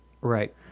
Right